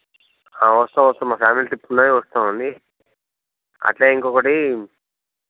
ఆ వస్తాం వస్తాం మా ఫ్యామిలీలో ట్రిప్ ఉన్నాది వస్తాం అండి అట్లే ఇంకొకటి